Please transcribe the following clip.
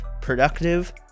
productive